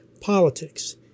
Politics